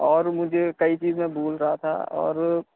اور مجھے کئی چیزیں بھول رہا تھا اور